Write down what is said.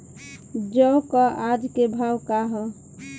जौ क आज के भाव का ह?